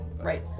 Right